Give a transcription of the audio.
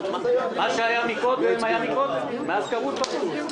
מה שהיה קודם, היה קודם, מאז קרו דברים.